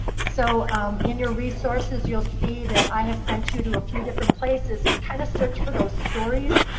so in your resources, you'll see that i have sent you to a few different places, to kind of search for those stories.